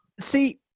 see